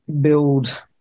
build